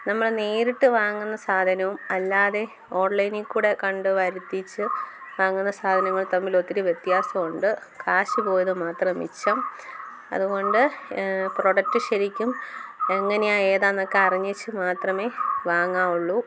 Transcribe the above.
നമ്മൾ നേരിട്ട് വാങ്ങുന്ന സാധനവും അല്ലാതെ ഓൺലൈനിൽ കൂടി കണ്ട് വർത്തിച്ച് വാങ്ങണ സാധനങ്ങൾ തമ്മിൽ ഒത്തിരി വ്യത്യാസമുണ്ട് കാശ് പോയത് മാത്രം മിച്ചം അതുകൊണ്ട് പ്രോഡക്റ്റ് ശരിക്കും എങ്ങനെയാണ് ഏതാന്നൊക്കെ അറിഞ്ഞേച്ച് മാത്രമേ വാങ്ങാവുള്ളൂ